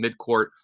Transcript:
midcourt